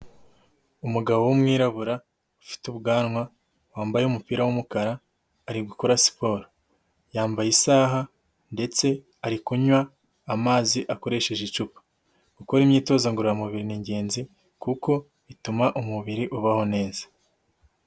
Umugabo w'umwirabura ufite ubwanwa wambaye umupira w'umukara arigukora siporo. Yambaye isaha ndetse ari kunywa amazi akoresheje icupa. Gukora imyitozo ngororamubiri ni ingenzi kuko bituma umubiri ubaho neza.